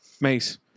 Mace